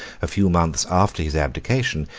a few months after his abdication,